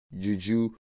Juju